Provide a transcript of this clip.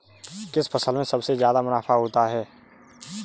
किस फसल में सबसे जादा मुनाफा होता है?